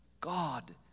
God